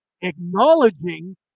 acknowledging